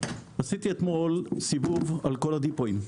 עשיתי אתמול סיבוב על כל הדיפויים.